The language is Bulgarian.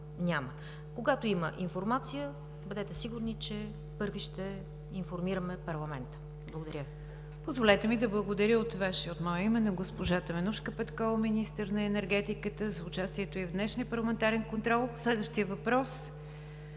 Когато има информация, бъдете сигурни, че първи ще информираме парламента. Благодаря Ви. ПРЕДСЕДАТЕЛ НИГЯР ДЖАФЕР: Позволете ми да благодаря от Ваше и от мое име на госпожа Теменужка Петкова – министър на енергетиката, за участието й в днешния парламентарен контрол. Следващият въпрос